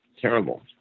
Terrible